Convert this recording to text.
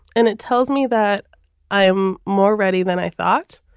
and it tells me that i am more ready than i thought.